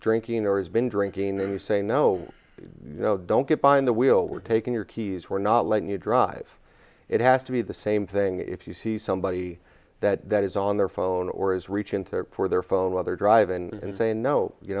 drinking or has been drinking and you say no you know don't get behind the wheel we're taking your keys we're not letting you drive it has to be the same thing if you see somebody that that is on their phone or is reaching for their phone rather drive and saying no you